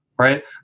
right